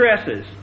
stresses